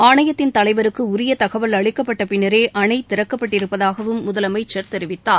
ஆணையத்தின் தலைவருக்கு உரிய தகவல் அளிக்கப்பட்ட பின்னரே அணை திறக்கப்பட்டிருப்பதாகவும் முதலமைச்சர் தெரிவித்தார்